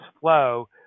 flow